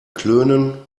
klönen